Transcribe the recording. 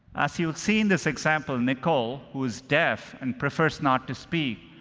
as you'll see in this example, nicole, who's deaf and prefers not to speak,